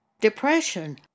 Depression